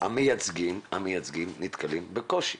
המייצגים נתקלים בקושי.